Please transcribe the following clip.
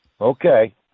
okay